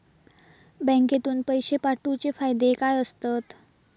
बँकेतून पैशे पाठवूचे फायदे काय असतत?